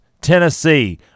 Tennessee